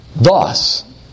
Thus